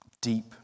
deep